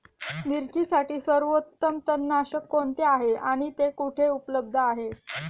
मिरचीसाठी सर्वोत्तम तणनाशक कोणते आहे आणि ते कुठे उपलब्ध आहे?